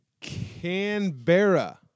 Canberra